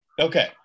Okay